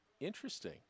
interesting